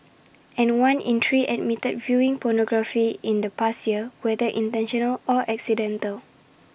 and one in three admitted viewing pornography in the past year whether intentional or accidental